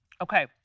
Okay